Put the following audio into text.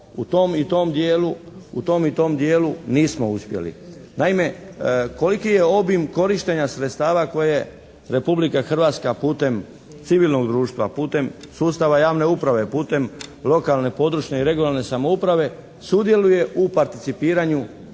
u tom i tom dijelu nismo uspjeli. Naime, koliki je obim korištenja sredstava koje Republika Hrvatska putem civilnog društva, putem sustava javne uprave, putem lokalne, područne i regionalne samouprave sudjeluje u participiranju,